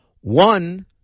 One